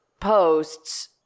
posts